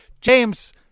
James